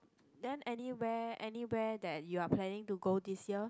then anywhere anywhere that you're planning to go this year